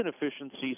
inefficiencies